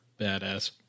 badass